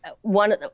one